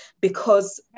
because-